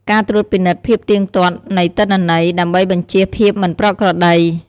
ការត្រួតពិនិត្យភាពទៀងទាត់នៃទិន្នន័យ ដើម្បីបញ្ចៀសភាពមិនប្រក្រតី។